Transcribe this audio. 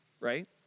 Right